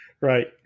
Right